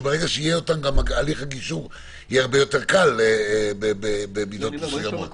שברגע שיהיה אותן אז גם הליך הגישור יהיה הרבה יותר קל במידה מסוימת.